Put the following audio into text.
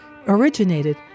originated